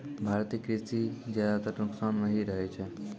भारतीय कृषि ज्यादातर नुकसान मॅ ही रहै छै